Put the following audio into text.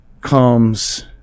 comes